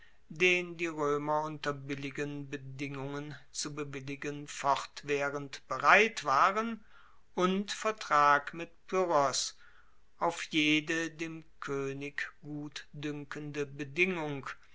den die roemer unter billigen bedingungen zu bewilligen fortwaehrend bereit waren und vertrag mit pyrrhos auf jede dem koenig gutduenkende bedingung